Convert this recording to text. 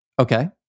Okay